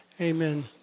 Amen